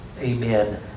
amen